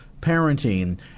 parenting